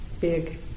big